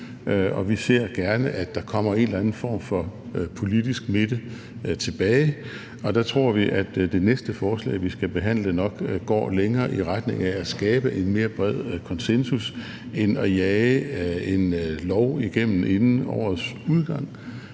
vi ser gerne, at der kommer en eller anden form for politisk midte tilbage. Der tror vi, at det næste forslag, vi skal behandle, nok går længere i retning af at skabe en mere bred konsensus end at jage en lov igennem inden årets udgang,